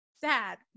sad